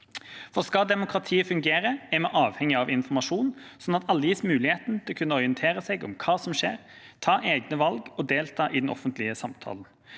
For skal demokratiet fungere, er vi avhengig av informasjon, sånn at alle gis muligheten til å kunne orientere seg om hva som skjer, ta egne valg og delta i den offentlige samtalen.